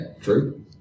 true